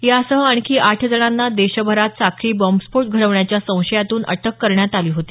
यासह आणखी आठ जणांना देशभरात साखळी बॉम्बस्फोट घडवण्याच्या संशयातून अटक करण्यात आली होती